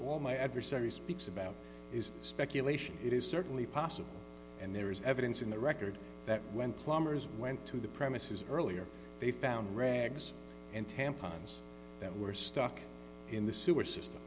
all my adversary speaks about is speculation it is certainly possible and there is evidence in the record that when plumbers went to the premises earlier they found rags and tampons that were stuck in the sewer system